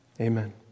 Amen